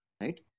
Right